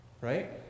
right